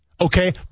okay